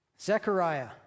Zechariah